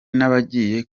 n’abagiye